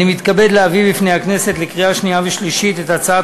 אני מתכבד להביא בפני הכנסת לקריאה שנייה ושלישית את הצעת